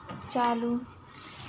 चालू